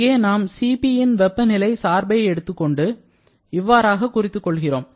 இங்கே நாம் Cp ன் வெப்பநிலை சார்பை எடுத்துக்கொண்டு இவ்வாறாக குறித்துக் கொள்கிறோம்